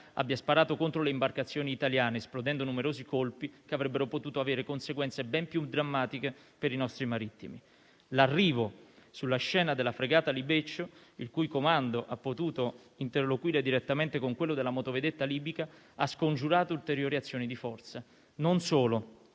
abbia sparato contro le imbarcazioni italiane, esplodendo numerosi colpi che avrebbero potuto avere conseguenze ben più drammatiche per i nostri marittimi. L'arrivo sulla scena della fregata "Libeccio", il cui comando ha potuto interloquire direttamente con quello della motovedetta libica, ha scongiurato ulteriori azioni di forza. Non solo.